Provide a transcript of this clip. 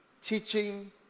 teaching